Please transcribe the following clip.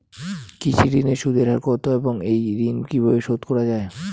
কৃষি ঋণের সুদের হার কত এবং এই ঋণ কীভাবে শোধ করা য়ায়?